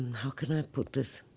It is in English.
how can i put this?